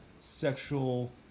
sexual